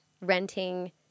renting